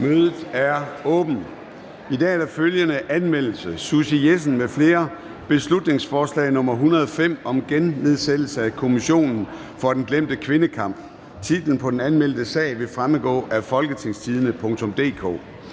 Mødet er åbnet. I dag er der følgende anmeldelse: Susie Jessen (DD) m.fl.: Beslutningsforslag nr. B 105 (Forslag til folketingsbeslutning om gennedsættelse af Kommissionen for den glemte kvindekamp). Titlen på den anmeldte sag vil fremgå af www.folketingstidende.dk